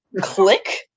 Click